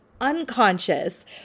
unconscious